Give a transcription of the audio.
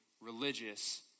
religious